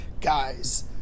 guys